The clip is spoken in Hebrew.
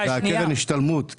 קרן השתלמות.